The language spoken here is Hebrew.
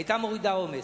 היה מוריד עומס.